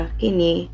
kini